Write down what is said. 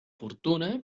fortuna